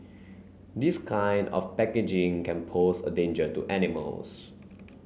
this kind of packaging can pose a danger to animals